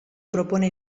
propone